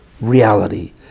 reality